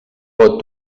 pot